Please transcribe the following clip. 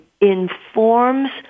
informs